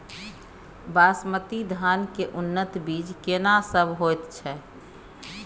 बासमती धान के उन्नत बीज केना सब होयत छै?